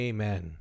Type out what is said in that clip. Amen